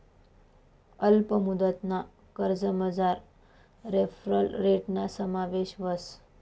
अल्प मुदतना कर्जमझार रेफरल रेटना समावेश व्हस